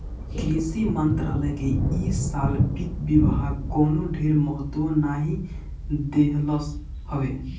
कृषि मंत्रालय के इ साल वित्त विभाग कवनो ढेर महत्व नाइ देहलस हवे